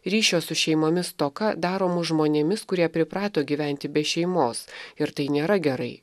ryšio su šeimomis stoka daro mus žmonėmis kurie priprato gyventi be šeimos ir tai nėra gerai